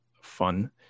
fun